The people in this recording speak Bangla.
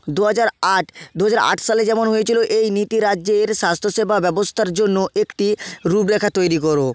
দুহাজার আট দুহাজার আট সালে যেমন হয়েছিল এই নীতি রাজ্যের স্বাস্থ্য সেবা ব্যবস্থার জন্য একটি রূপরেখা তৈরি করো